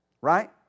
Right